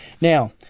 Now